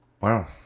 wow